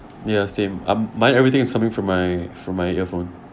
ya same um mine everything is coming from my from my earphone